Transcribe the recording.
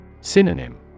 Synonym